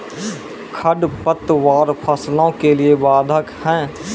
खडपतवार फसलों के लिए बाधक हैं?